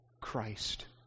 Christ